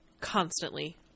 constantly